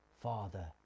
Father